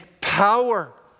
power